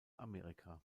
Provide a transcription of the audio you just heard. amerika